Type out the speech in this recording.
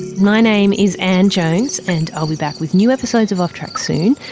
my name is ann jones and i'll be back with new episodes of off track soon,